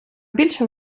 більше